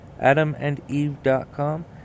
AdamandEve.com